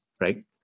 right